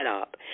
up